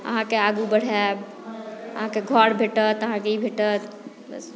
अहाँकेँ आगू बढ़ायब अहाँकेँ घर भेटत अहाँकेँ ई भेटत बस